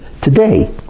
today